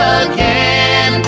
again